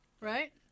right